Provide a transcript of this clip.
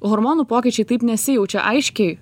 hormonų pokyčiai taip nesijaučia aiškiai